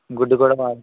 గుడ్డు కూడా వద్దు